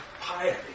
piety